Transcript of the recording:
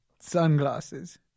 Sunglasses